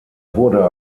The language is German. wurde